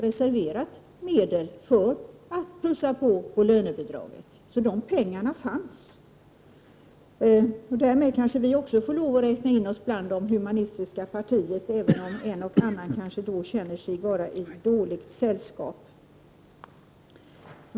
Det problem som uppstod i utskottet berodde snarast på den handläggning som ärendet bestods. Det kunde ha skötts snyggare, det håller jag med Lars Ulander om, men skyll inte på utskottsmajoriteten!